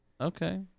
Okay